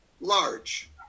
large